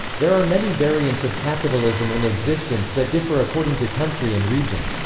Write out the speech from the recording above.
there are many variants of capitalism in existence that differ according to country and region.